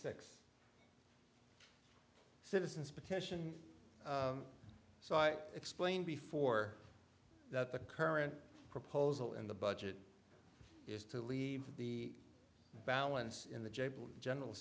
six citizens petition so i explained before that the current proposal in the budget is to leave the balance in the j p general